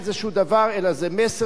אלא זה מסר שנקלט,